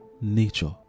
nature